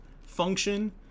function